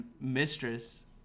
mistress